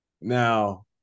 Now